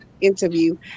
interview